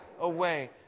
away